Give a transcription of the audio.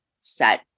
set